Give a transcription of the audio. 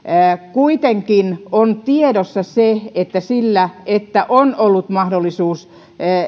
kuitenkin on tiedossa se että sillä että elyillä on ollut mahdollisuus